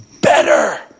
better